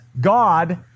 God